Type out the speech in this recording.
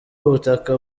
ubutaka